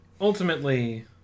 ultimately